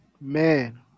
man